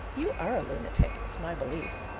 you are a lunatic, it's my belief.